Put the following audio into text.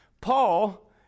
Paul